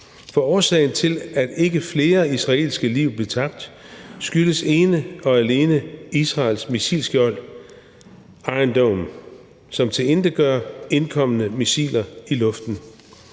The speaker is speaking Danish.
for årsagen til, at ikke flere israelske liv blev tabt, skyldes ene og alene Israels missilskjold, Iron Dome, som tilintetgør indkomne missiler i luften.